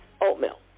oatmeal